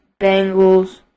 Bengals